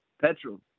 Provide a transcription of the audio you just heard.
petrol